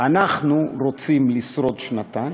אנחנו רוצים לשרוד שנתיים,